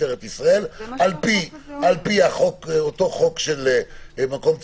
משטרת ישראל על פי אותו חוק של מקום ציבורי.